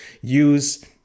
use